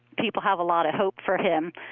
people have a lot of hope for him.